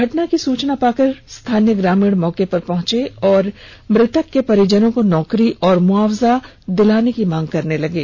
घटना की सूचना पाकर स्थानीय ग्रामीण मौके पर पहुंच कर मृतक के परिजनों को नौकरी और मुआवजा दिलाने की मांग करने लगे